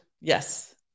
Yes